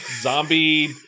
zombie